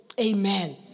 Amen